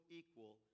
equal